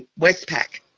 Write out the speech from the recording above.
westpac,